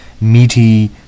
meaty